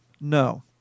No